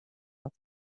asked